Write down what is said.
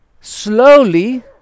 slowly